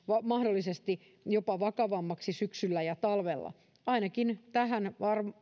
mahdollisesti jopa vakavammaksi syksyllä ja talvella ainakin tähän